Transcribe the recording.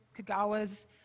Kagawa's